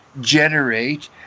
generate